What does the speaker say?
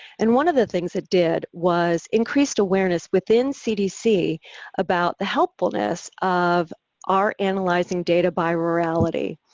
and one of the things it did was increased awareness within cdc about the helpfulness of our analyzing data by rurality.